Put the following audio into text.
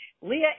Leah